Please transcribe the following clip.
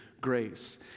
grace